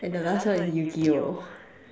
and the last one is yu-gi-oh